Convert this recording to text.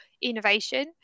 innovation